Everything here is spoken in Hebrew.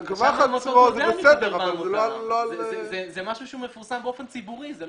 זה משהו שהוא מפורסם באופן ציבורי.